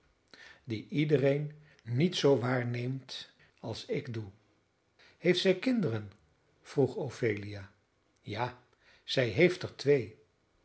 die iedereen niet zoo waarneemt als ik doe heeft zij kinderen vroeg ophelia ja zij heeft er twee